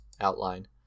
outline